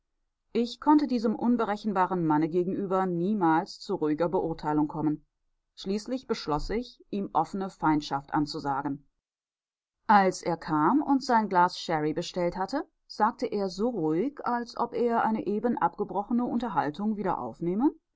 ich konnte diesem unberechenbaren manne gegenüber niemals zu ruhiger beurteilung kommen schließlich beschloß ich ihm offene feindschaft anzusagen als er kam und sein glas sherry bestellt hatte sagte er so ruhig als ob er eine eben abgebrochene unterhaltung wieder aufnehme